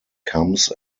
comes